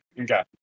Okay